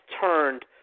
turned